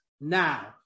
now